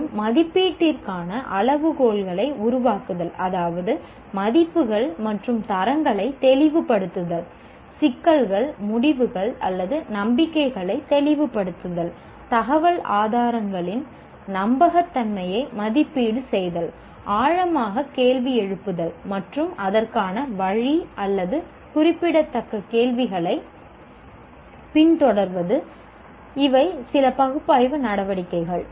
மேலும் மதிப்பீட்டிற்கான அளவுகோல்களை உருவாக்குதல் அதாவது மதிப்புகள் மற்றும் தரங்களை தெளிவுபடுத்துதல் சிக்கல்கள் முடிவுகள் அல்லது நம்பிக்கைகளை தெளிவுபடுத்துதல் தகவல் ஆதாரங்களின் நம்பகத்தன்மையை மதிப்பீடு செய்தல் ஆழமாக கேள்வி எழுப்புதல் மற்றும் அதற்கான வழி அல்லது குறிப்பிடத்தக்க கேள்விகளைப் பின்தொடர்வது இவை சில பகுப்பாய்வு நடவடிக்கைகள்